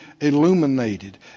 illuminated